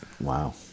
Wow